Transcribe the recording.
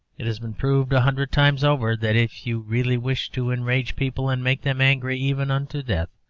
it has been proved a hundred times over that if you really wish to enrage people and make them angry, even unto death,